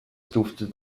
duftet